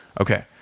Okay